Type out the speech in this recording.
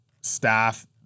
staff